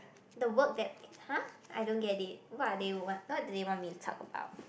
the work that !huh! I don't get it what are they want what do they want me to talk about